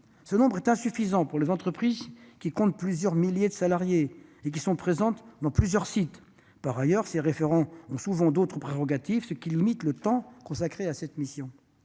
Ce nombre est insuffisant pour les entreprises qui comptent plusieurs milliers de salariés et qui sont présentes sur plusieurs sites. Par ailleurs, ces référents ont souvent d'autres prérogatives, ce qui limite le temps qu'ils peuvent consacrer à cette mission.